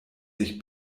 sich